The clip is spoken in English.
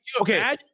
okay